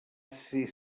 ser